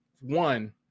one